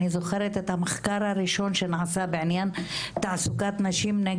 אני זוכרת את המחקר הראשון שנעשה בעניין תעסוקת נשים.